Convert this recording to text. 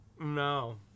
No